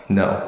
no